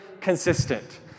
consistent